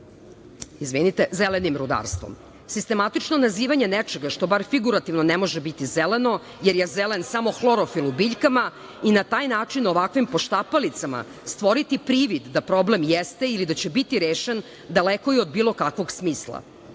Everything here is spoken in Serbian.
proglasile zelenim rudarstvom. Sistematično nazivanje nečega što bar figurativno ne može biti zeleno, jer je zelen samo hlorofil u biljkama, i na taj način ovakvim poštapalicama stvoriti privid da problem jeste ili da će biti rešen daleko je od bilo kakvog smisla.